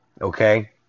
Okay